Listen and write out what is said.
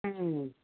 ꯎꯝ